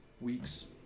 weeks